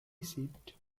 seat